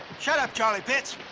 shut up, charley pitts,